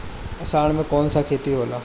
अषाढ़ मे कौन सा खेती होला?